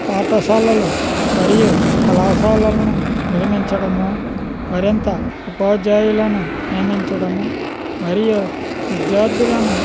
పాఠశాలలు మరియు కళాశాలలను నిర్మించడము మరింత ఉపాధ్యాయులను నియమించడము మరియు విద్యార్థులను